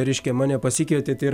reiškia mane pasikvietėt ir